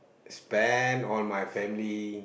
spend on my family